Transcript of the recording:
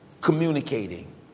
communicating